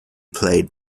played